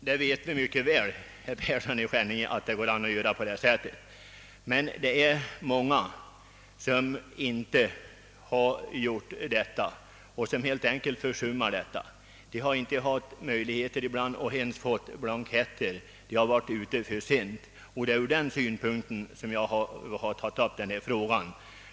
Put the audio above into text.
Herr talman! Vi vet mycket väl, herr Persson i Skänninge, att det går att göra på det sättet, men många har hit tills helt enkelt försummat det. Ibland har de inte ens kunnat få blanketter eftersom de har varit ute för sent. Det är med tanke härpå som jag tagit upp frågan.